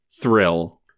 thrill